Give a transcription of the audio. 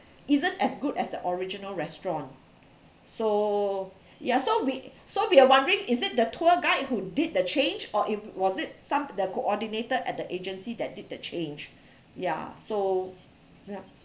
isn't as good as the original restaurant so ya so we so we are wondering is it the tour guide who did the change or it was it some the coordinator at the agency that did that change ya so yup